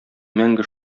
мәңге